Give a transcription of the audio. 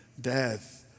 death